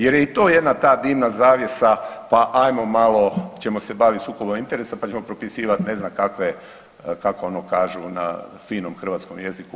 Jer je i to jedna ta dimna zavjesa, pa hajmo malo ćemo se bavit sukobom interesa, pa ćemo propisivati ne znam kakve kako ono kažu na finom hrvatskom jeziku